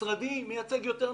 ומשרדי מייצג יותר נשים.